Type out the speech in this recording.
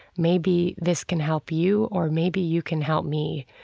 maybe this can help you or maybe you can help me.